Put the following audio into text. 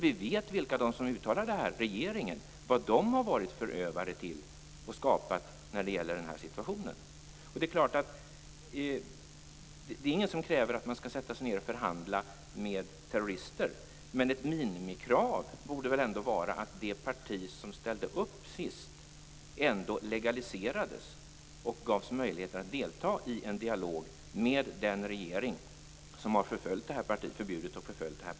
Vi vet vad de som uttalar detta, dvs. regeringen, har varit förövare till och skapat när det gäller den här situationen. Det är ingen som kräver att man skall sätta sig ned och förhandla med terrorister, men ett minimikrav borde väl ändå vara att det parti som ställde upp senast ändå legaliserades och gavs möjligheter att delta i en dialog med den regering som har förbjudit och förföljt FIS.